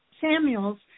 Samuels